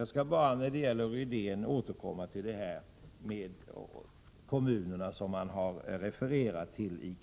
När det gäller Rune Rydén skulle jag vilja återkomma till de kommuner i Kalmar län som man har refererat till.